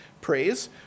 praise